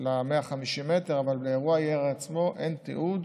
ל-150 המטר, אבל לאירוע הירי עצמו אין תיעוד,